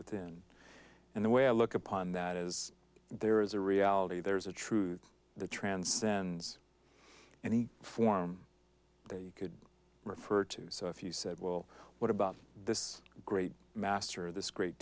within and the way i look upon that is there is a reality there's a truth the transcends any form that you could refer to so if you said well what about this great master this great